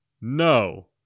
No